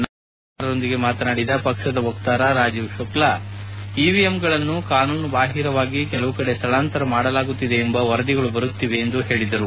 ನವದೆಹಲಿಯಲ್ಲಿಂದು ಸುದ್ದಿಗಾರರೊಂದಿಗೆ ಪಕ್ಷದ ವಕ್ತಾರ ರಾಜೀವ್ ಶುಕ್ಲಾ ಇವಿಎಂಗಳನ್ನು ಕಾನೂನುಬಾಹಿರವಾಗಿ ಕೆಲವು ಕಡೆ ಸ್ಥಳಾಂತರ ಮಾಡಲಾಗುತ್ತಿದೆ ಎಂಬ ವರದಿಗಳು ಬರುತ್ತಿವೆ ಎಂದು ಹೇಳಿದರು